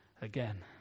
again